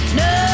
no